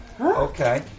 Okay